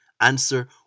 Answer